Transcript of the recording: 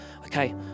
Okay